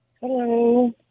Hello